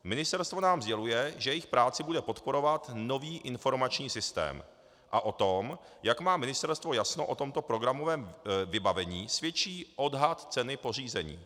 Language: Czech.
Ministerstvo nám sděluje, že jejich práci bude podporovat nový informační systém, a o tom, jak má ministerstvo jasno o tomto programovém vybavení, svědčí odhad ceny pořízení.